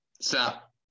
Stop